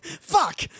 Fuck